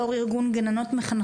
יו"ר ארגון מחנכות,